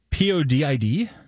P-O-D-I-D